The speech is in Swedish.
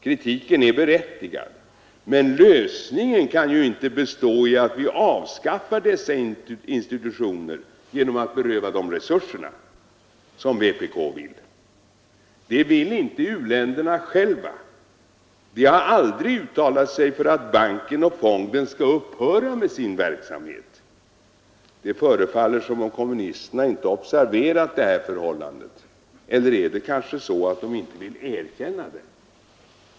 Kritiken är berättigad, men lösningen kan ju inte bestå i att vi avskaffar dessa institutioner genom att beröva dem resurserna, såsom vpk vill. Det vill inte u-länderna själva — de har aldrig uttalat sig för att banken och fonden skall upphöra med sin verksamhet. Det förefaller som om kommunisterna inte har observerat det här förhållandet. Eller är det kanske så att de inte vill erkänna det?